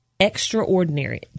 extraordinary